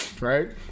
right